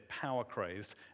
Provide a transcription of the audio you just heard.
power-crazed